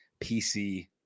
PC